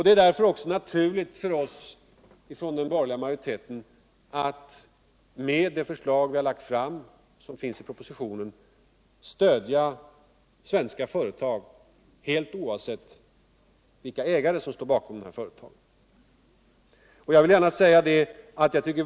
Det är därför också naturligt för oss inom den borgerliga majoriteten att med det förslag vi lagt fram och som finns i propositionen, stödja svenska företag helt oavsett vilka ägare som står bakom dessa.